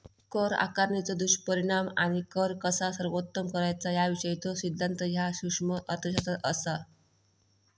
कर आकारणीचो दुष्परिणाम आणि कर कसा सर्वोत्तम करायचा याविषयीचो सिद्धांत ह्या सूक्ष्म अर्थशास्त्रात असा